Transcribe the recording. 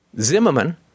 Zimmerman